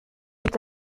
est